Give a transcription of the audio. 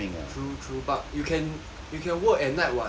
true true but you can you can work at night [what]